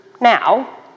now